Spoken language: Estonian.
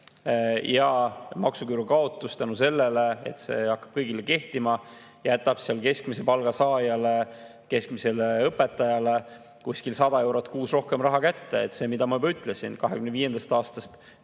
Maksuküüru kaotus tänu sellele, et see hakkab kõigile kehtima, jätab keskmise palga saajale, keskmisele õpetajale kuskil 100 eurot kuus rohkem raha kätte. See, mida ma juba ütlesin, et 2025. aastast